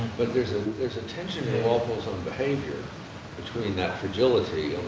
but there's ah there's attention in walpole's own behavior between that fragility,